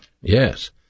yes